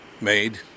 made